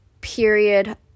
period